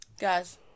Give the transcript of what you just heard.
guys